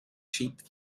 cheap